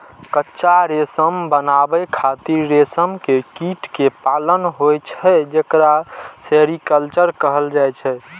कच्चा रेशम बनाबै खातिर रेशम के कीट कें पालन होइ छै, जेकरा सेरीकल्चर कहल जाइ छै